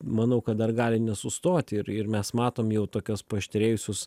manau kad dar gali nesustoti ir ir mes matom jau tokios paaštrėjusius